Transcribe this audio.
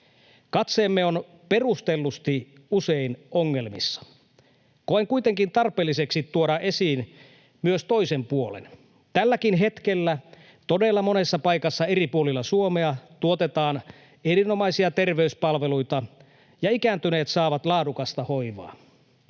Katseemme on perustellusti usein ongelmissa. Koen kuitenkin tarpeelliseksi tuoda esiin myös toisen puolen. Tälläkin hetkellä todella monessa paikassa eri puolilla Suomea tuotetaan erinomaisia terveyspalveluita ja ikääntyneet saavat laadukasta hoivaa.